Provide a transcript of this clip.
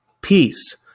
peace